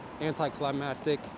anticlimactic